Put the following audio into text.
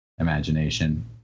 imagination